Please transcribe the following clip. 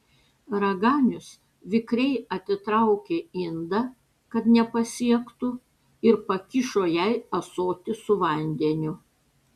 raganius vikriai atitraukė indą kad nepasiektų ir pakišo jai ąsotį su vandeniu